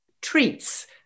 treats